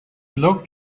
looked